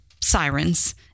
sirens